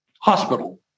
hospital